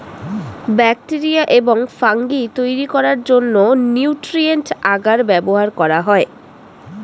bacteria এবং fungi তৈরি করার জন্য নিউট্রিয়েন্ট আগার ব্যবহার করা হয়